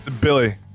Billy